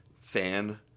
fan